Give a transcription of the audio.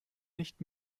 nicht